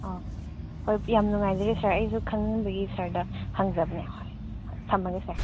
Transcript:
ꯑꯥ ꯍꯣꯏ ꯌꯥꯝ ꯅꯨꯡꯉꯥꯏꯖꯔꯦ ꯁꯥꯔ ꯑꯩꯁꯨ ꯈꯪꯅꯤꯡꯕꯒꯤ ꯁꯥꯔꯗ ꯍꯪꯖꯕꯅꯦ ꯍꯣꯏ ꯍꯣꯏ ꯊꯝꯃꯒꯦ ꯁꯥꯔ